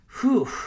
Whew